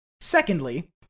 Secondly